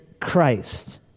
Christ